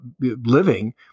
living